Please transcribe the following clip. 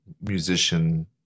musician